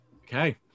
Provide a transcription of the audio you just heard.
Okay